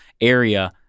area